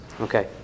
okay